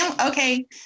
Okay